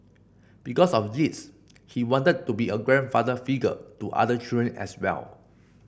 because of this he wanted to be a grandfather figure to other children as well